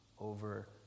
over